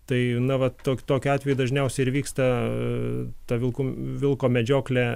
tai na va tok tokiu atveju dažniausiai ir vyksta ta vilkų vilko medžioklė